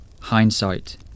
Hindsight